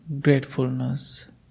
gratefulness